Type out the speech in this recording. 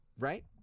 right